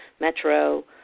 Metro